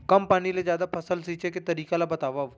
कम पानी ले जादा फसल सींचे के तरीका ला बतावव?